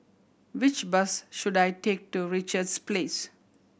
which bus should I take to Richards Place